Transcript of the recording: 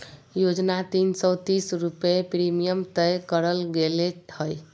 योजना तीन सो तीस रुपये प्रीमियम तय करल गेले हइ